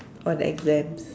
on exams